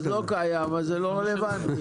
לא קיים אז זה לא רלוונטי.